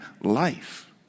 life